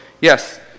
yes